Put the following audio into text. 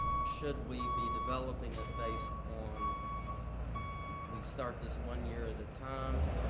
should we be developing it based on we start this one year at a time,